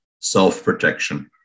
self-protection